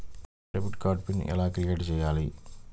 Debit card PIN ఎలా create చెయ్యాలి?